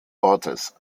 ortes